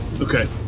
Okay